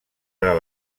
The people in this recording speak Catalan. per